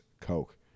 Coke